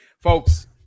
folks